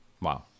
Wow